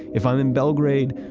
if i'm in belgrade,